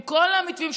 עם כל המתווים,